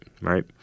right